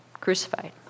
crucified